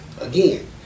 Again